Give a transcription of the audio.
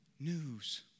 news